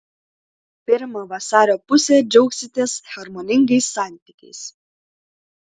pirmą vasario pusę džiaugsitės harmoningais santykiais